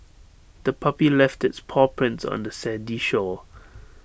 the puppy left its paw prints on the sandy shore